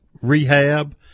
rehab